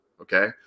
Okay